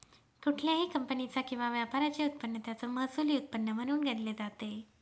कुठल्याही कंपनीचा किंवा व्यापाराचे उत्पन्न त्याचं महसुली उत्पन्न म्हणून गणले जाते